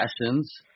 passions